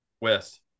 west